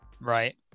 Right